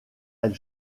elle